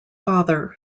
father